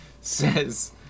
says